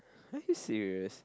are you serious